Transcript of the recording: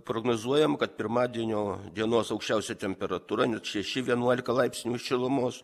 prognozuojam kad pirmadienio dienos aukščiausia temperatūra net šeši vienuolika laipsnių šilumos